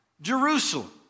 Jerusalem